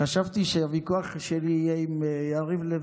חשבתי שהוויכוח שלי על הזמן